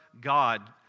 God